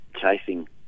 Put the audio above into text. Chasing